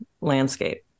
landscape